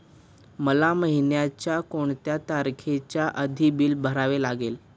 मला महिन्याचा कोणत्या तारखेच्या आधी बिल भरावे लागेल?